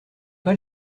pas